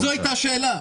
זאת הייתה השאלה.